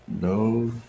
No